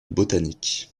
botanique